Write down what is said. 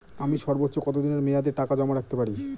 আমি সর্বোচ্চ কতদিনের মেয়াদে টাকা জমা রাখতে পারি?